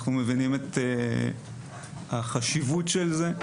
אנחנו מבינים את החשיבות של זה,